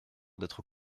d’être